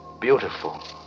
beautiful